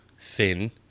thin